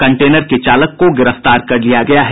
container के चालक को गिरफ्तार कर लिया गया है